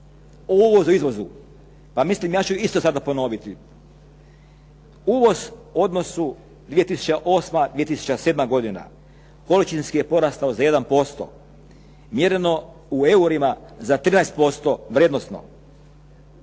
o uvozu, izvozu. Pa mislim ja ću isto sada ponoviti. Uvoz u odnosu 2008.-2007. godina količinski je porastao za 1%. Mjereno u eurima za 13% vrijednosno.